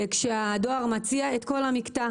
כשהדואר מציע את כל המקטע